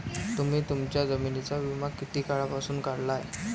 तुम्ही तुमच्या जमिनींचा विमा किती काळापासून काढला आहे?